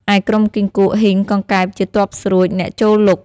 ឯក្រុមគីង្គក់ ហ៊ីង កង្កែប ជាទ័ពស្រួចអ្នកចូលលុក។